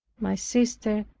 my sister,